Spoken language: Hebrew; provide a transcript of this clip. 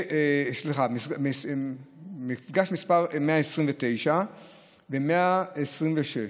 סליחה, מפגש מס' 129 ו-126.